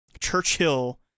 Churchill